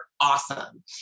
awesome